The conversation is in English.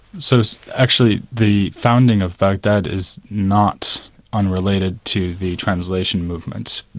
so so actually the founding of baghdad is not unrelated to the translation movement.